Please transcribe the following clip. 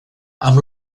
amb